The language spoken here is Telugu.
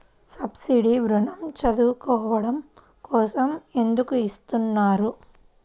సబ్సీడీ ఋణం చదువుకోవడం కోసం ఎందుకు ఇస్తున్నారు?